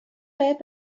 باید